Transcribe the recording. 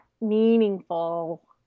meaningful